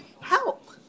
help